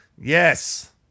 Yes